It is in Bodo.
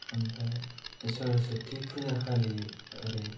ओमफाय सरासति फुजाखालि ओरै